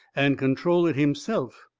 and control it himself.